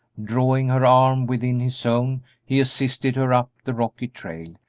drawing her arm within his own he assisted her up the rocky trail,